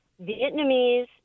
Vietnamese